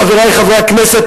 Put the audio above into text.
חברי חברי הכנסת,